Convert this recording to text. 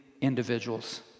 individuals